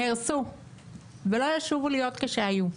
נהרסו ולא ישובו להיות כשהיו.